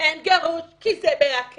אין גירוש כי זה מעכב.